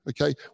okay